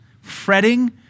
fretting